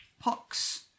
pox